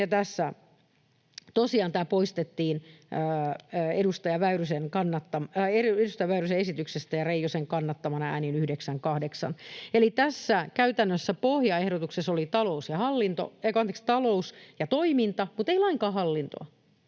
Tosiaan tämä poistettiin edustaja Väyrysen esityksestä ja Reijosen kannattamana äänin 9—8. Eli tässä pohjaehdotuksessa käytännössä oli talous ja toiminta mutta ei lainkaan hallintoa,